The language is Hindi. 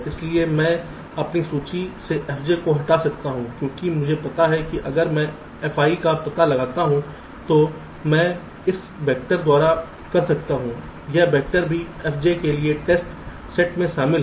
इसलिए मैं अपनी सूची से fj को हटा सकता हूं क्योंकि मुझे पता है कि अगर मैं fi का पता लगाता हूं जो मैं इस वेक्टर द्वारा कर सकता हूं यह वेक्टर भी fj के लिए टेस्ट सेट में शामिल है